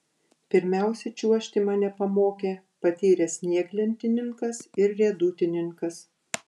pirmiausia čiuožti mane pamokė patyręs snieglentininkas ir riedutininkas